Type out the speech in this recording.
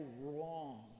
wrong